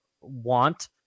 want